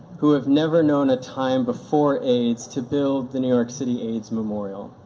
who have never known a time before aids, to build the new york city aids memorial.